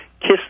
Kiss